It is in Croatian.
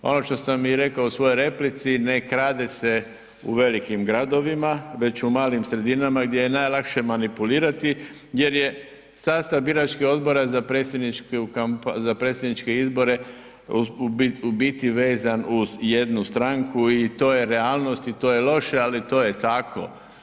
Ono što sam i rekao u svojoj replici, ne krade se u velikim gradovima već u malim sredinama gdje je najlakše manipulirati jer je sastav biračkih odbora za predsjedničke izbore u biti vezan uz jednu stranku i to je realnost i to je loše ali to je tako.